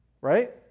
Right